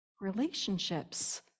relationships